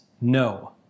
no